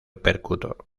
percutor